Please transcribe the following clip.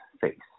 face